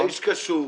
האיש קשוב.